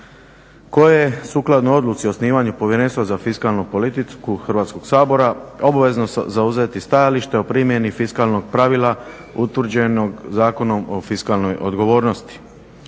je sukladno odluci osnivanju Povjerenstva za fiskalnu politiku Hrvatskog sabora obavezno zauzeti stajalište o primjeni fiskalnog pravila utvrđenog Zakonom o fiskalnoj odgovornosti.